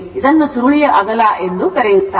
ಇದನ್ನು ಸುರುಳಿಯ ಅಗಲ ಎಂದು ಕರೆಯುತ್ತಾರೆ